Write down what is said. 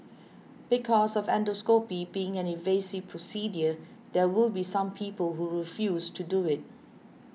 because of endoscopy being an invasive procedure there will be some people who refuse to do it